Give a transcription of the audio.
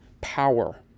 power